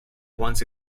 once